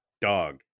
dog